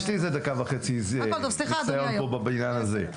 יש לי איזה דקה וחצי ניסיון פה בבניין הזה.